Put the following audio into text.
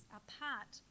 apart